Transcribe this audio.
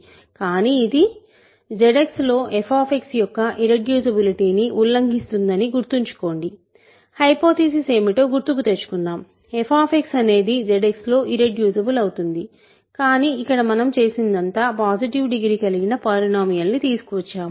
కానీ ఇది ZX లో f యొక్క ఇర్రెడ్యూసిబులిటి ని ఉల్లంఘిస్తుందని గుర్తుంచుకోండి హైపోథిసిస్ఏమిటో గుర్తుతెచ్చుకుందాం f అనేది ZX లో ఇర్రెడ్యూసిబుల్ అవుతుంది కానీ ఇక్కడ మనం చేసినదంతా పాజిటివ్ డిగ్రీ కలిగిన పాలినోమీయల్ని తీసుకువచ్చాము